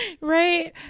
Right